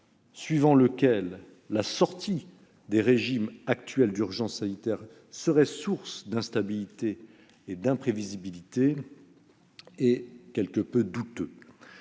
suivant lequel la sortie des régimes actuels d'urgence sanitaire serait source d'instabilité et d'imprévisibilité apparaît quelque peu douteux.